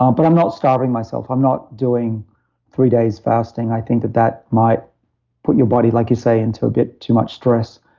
um but i'm not starving myself. i'm not doing three days fasting. i think that that might put your body, like you say, into a bit too much stress,